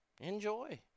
Enjoy